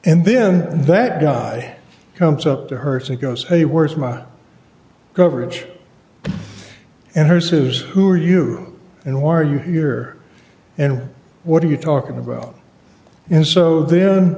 then that guy comes up to hers and goes hey where's my coverage and her says who are you and why are you here and what are you talking about and so then